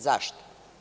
Zašto?